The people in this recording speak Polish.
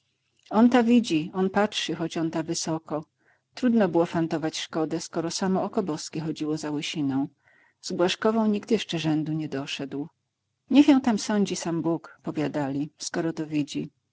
on ta widzi on patrzy choć on ta wysoko trudno było fantować szkodę skoro samo oko boskie chodziło za łysiną z błażkową nikt jeszcze rzędu nie doszedł niech ją tam sądzi sam bóg powiadali skoro to widzi